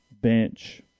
Bench